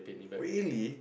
really